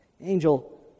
Angel